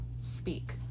speak